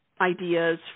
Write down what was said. ideas